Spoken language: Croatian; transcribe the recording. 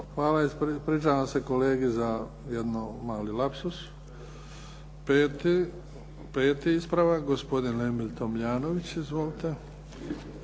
Hvala. Ispričavam se kolegi za jedan mali lapsus. 5. ispravak gospodin Emil Tomljanović. Izvolite.